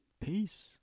peace